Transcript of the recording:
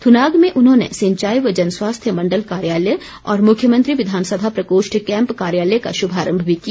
थुनाग में उन्होंने सिंचाई व जन स्वास्थ्य मंडल कार्यालय और मुख्यमंत्री विधानसभा प्रकोष्ठ कैंप कार्यालय का शुभारम्म भी किया